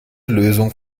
lösung